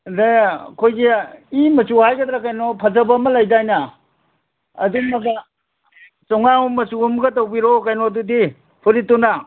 ꯑꯗ ꯑꯩꯈꯣꯏꯒꯤ ꯏ ꯃꯆꯨ ꯍꯥꯏꯒꯗ꯭ꯔꯥ ꯀꯩꯅꯣ ꯐꯖꯕ ꯑꯃ ꯂꯩꯗꯥꯏꯅꯦ ꯑꯗꯨꯃꯒ ꯆꯣꯡꯉꯥꯎ ꯃꯆꯨ ꯑꯃꯒ ꯇꯧꯕꯤꯔꯛꯑꯣ ꯀꯩꯅꯣꯗꯨꯗꯤ ꯐꯨꯔꯤꯠꯇꯨꯅ